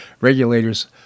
Regulators